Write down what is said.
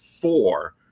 four